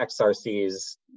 XRC's